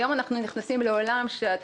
היום נכנסים לעולם שהוא בתחילתו,